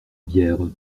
bière